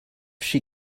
she